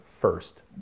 first